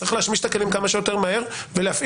צריך להשמיש את הכלים כמה שיותר מהר ולהפעיל